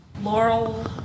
Laurel